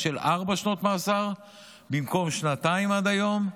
של ארבע שנות מאסר במקום שנתיים עד היום,